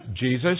Jesus